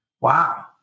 Wow